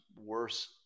worse